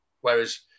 whereas